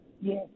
Yes